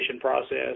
process